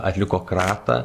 atliko kratą